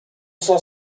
s’en